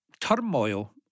turmoil